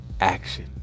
action